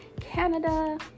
canada